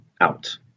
out